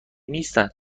نیستن